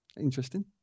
interesting